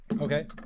Okay